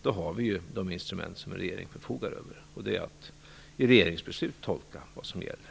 Då har vi ju de instrument som regeringen förfogar över, och det är att i regeringsbeslut tolka vad som gäller.